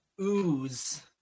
ooze